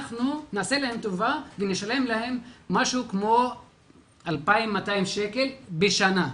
אנחנו נעשה להם טובה ונשלם להם משהו כמו 2,200 שקל בשנה.